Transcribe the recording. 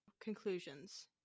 conclusions